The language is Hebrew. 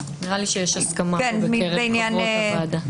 נעבור הלאה.